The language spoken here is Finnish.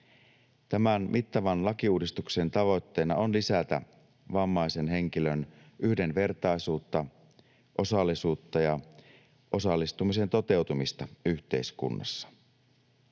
Tämän mittavan lakiuudistuksen tavoitteena on lisätä vammaisen henkilön yhdenvertaisuutta, osallisuutta ja osallistumisen toteutumista yhteiskunnassa.